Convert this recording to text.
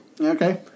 okay